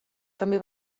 també